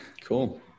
Cool